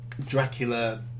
Dracula